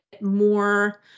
more